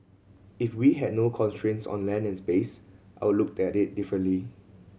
if we had no constraints on land and space I would look at it differently